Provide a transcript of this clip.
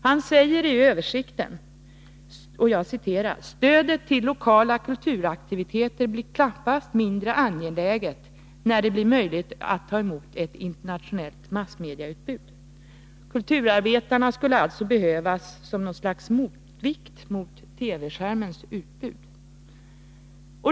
Han säger i översikten: ”Stödet till lokala kulturaktiviteter blir knappast mindre angeläget när det blir möjligt att ta emot ett internationellt massmedieutbud.” Kulturarbetarna skulle alltså behövas som något slags motvikt mot TV-skärmens utbud.